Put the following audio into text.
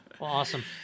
Awesome